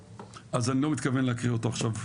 אז אני לא מתכוון להקריא אותו עכשיו,